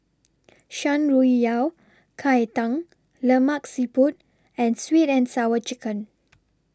Shan Rui Yao Cai Tang Lemak Siput and Sweet and Sour Chicken